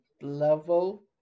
level